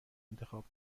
انتخاب